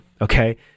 okay